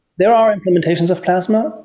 there are implementations of plasma. oh,